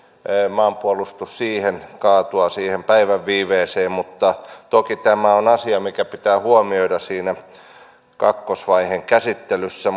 maanpuolustus kaatuu siihen päivän viiveeseen mutta toki tämä on asia mikä pitää huomioida siinä kakkosvaiheen käsittelyssä